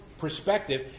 perspective